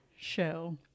show